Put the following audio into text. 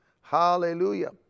Hallelujah